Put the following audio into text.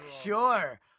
Sure